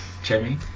Jimmy